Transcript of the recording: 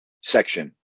section